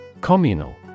Communal